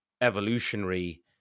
evolutionary